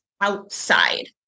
outside